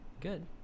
good